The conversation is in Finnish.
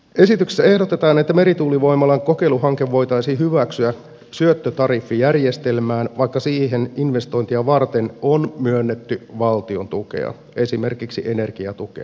esityksessä ehdotetaan että merituulivoimalan kokeiluhanke voitaisiin hyväksyä syöttötariffijärjestelmään vaikka siihen investointia varten on myönnetty valtiontukea esimerkiksi energiatukea